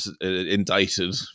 indicted